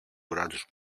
κράτους